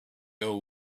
old